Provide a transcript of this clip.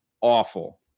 awful